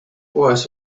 puhas